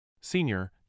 Senior